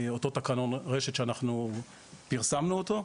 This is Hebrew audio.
אותו תקנון רשת שאנחנו פרסמנו אותו.